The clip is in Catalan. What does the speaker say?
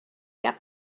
cap